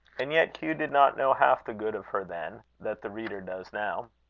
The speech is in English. and yet hugh did not know half the good of her then, that the reader does now.